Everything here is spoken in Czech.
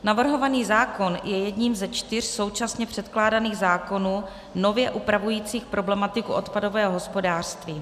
Navrhovaný zákon je jedním ze čtyř současně předkládaných zákonů nově upravujících problematiku odpadového hospodářství.